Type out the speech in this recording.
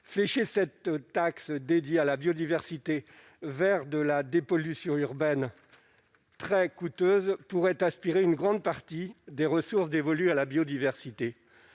fléché cette taxe dédiée à la biodiversité, vers de la dépollution urbaine très coûteuses pourrait inspirer une grande partie des ressources dévolues à la biodiversité